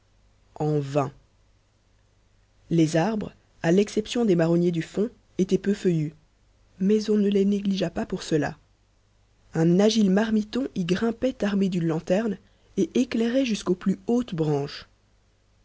en vain les arbres à l'exception des marronniers du fond étaient peu feuillus mais on ne les négligea pas pour cela un agile marmiton y grimpait armé d'une lanterne et éclairait jusqu'aux plus hautes branches